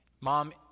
Mom